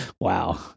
Wow